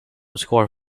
score